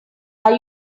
are